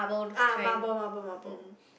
ah marble marble marble